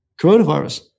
coronavirus